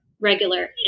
regular